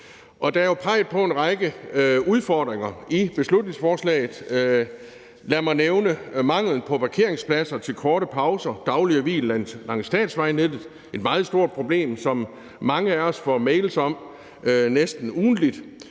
Der er jo peget på en række udfordringer i beslutningsforslaget. Lad mig nævne manglen på parkeringspladser til korte pauser, daglige hvil langs statsvejnettet, som er et meget stort problem, som mange af os får mails om næsten ugentligt,